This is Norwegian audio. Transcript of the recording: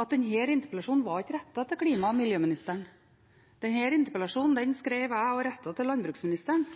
at denne interpellasjonen ikke var rettet til klima- og miljøministeren. Denne interpellasjonen skrev jeg og rettet den til landbruksministeren,